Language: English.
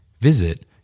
Visit